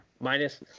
minus